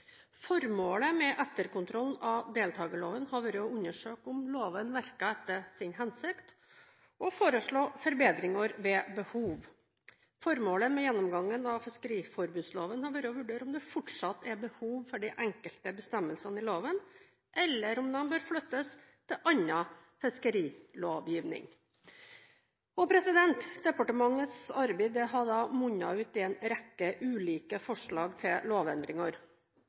Formålet med etterkontrollen av deltakerloven har vært å undersøke om loven virker etter sin hensikt og foreslå forbedringer ved behov. Formålet med gjennomgangen av fiskeriforbudsloven har vært å vurdere om det fortsatt er behov for de enkelte bestemmelsene i loven, eller om de bør flyttes til annen fiskerilovgivning. Departementets arbeid har munnet ut i en rekke ulike forslag til lovendringer.